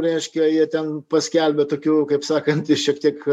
reiškia jie ten paskelbia tokių kaip sakant šiek tiek